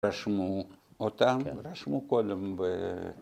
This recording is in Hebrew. ‫רשמו אותם, רשמו קודם ב..